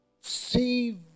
see